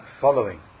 following